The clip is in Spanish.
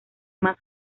más